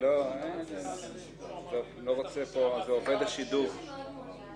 זה כאילו הפכנו את הנטל אבל